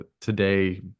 today